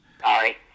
Sorry